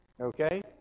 okay